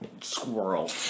squirrel